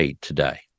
today